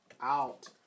out